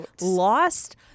lost